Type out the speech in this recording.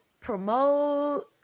promote